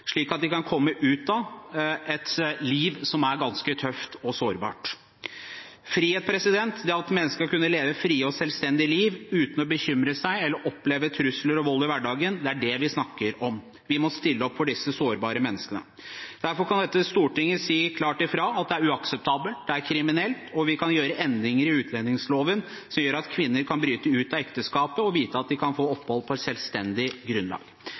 slik at de kan komme ut av et liv som er ganske tøft og sårbart. Frihet, det at mennesker skal kunne leve et fritt og selvstendig liv uten å bekymre seg eller oppleve trusler og vold i hverdagen – det er det vi snakker om. Vi må stille opp for disse sårbare menneskene. Derfor kan dette stortinget si klart fra om at det er uakseptabelt. Det er kriminelt, og vi kan gjøre endringer i utlendingsloven som gjør at kvinner kan bryte ut av ekteskapet og vite at de kan få opphold på selvstendig grunnlag.